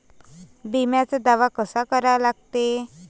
बिम्याचा दावा कसा करा लागते?